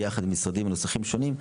ביחד עם משרדים נוספים שונים,